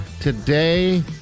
Today